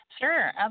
Sure